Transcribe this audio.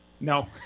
No